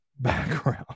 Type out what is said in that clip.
background